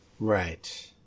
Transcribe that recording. Right